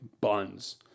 buns